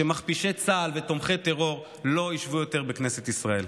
ליום שמכפישי צה"ל ותומכי טרור לא ישבו יותר בכנסת ישראל.